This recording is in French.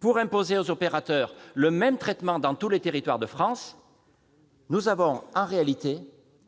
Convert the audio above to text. pour imposer aux opérateurs le même traitement dans tous les territoires de France, nous avons en réalité